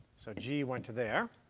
so g went to there.